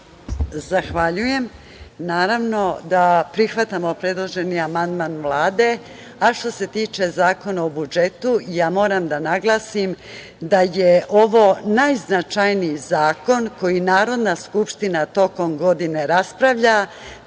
Zahvaljujem. Naravno da prihvatamo predloženi amandman Vlade, a što se tiče Zakona o budžetu ja moram da naglasim da je ovo najznačajniji zakon koji Narodna skupština tokom godine raspravlja.